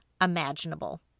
imaginable